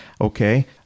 okay